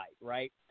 right